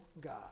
God